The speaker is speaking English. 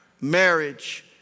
Marriage